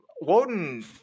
Woden